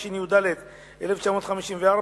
התשי"ד 1954,